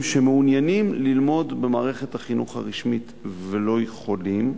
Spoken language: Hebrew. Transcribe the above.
שמעוניינים ללמוד במערכת החינוך הרשמית ולא יכולים.